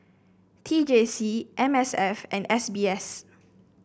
T J C M S F and S B S